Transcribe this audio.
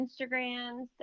instagrams